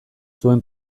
zuen